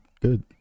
good